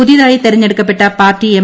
പുതിയതായി തെരഞ്ഞെടുക്കപ്പെട്ട party M